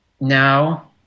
now